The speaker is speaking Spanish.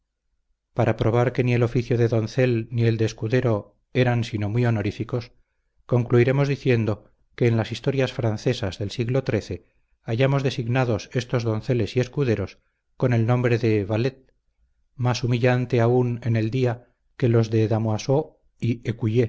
para probar que ni el oficio de doncel ni el de escudero eran sino muy honoríficos concluiremos diciendo que en las historias francesas del siglo xiii hallamos designados estos donceles y escuderos con el nombre de valets más humillante aún en el día que los de damoiseau y